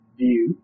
view